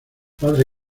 padre